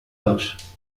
los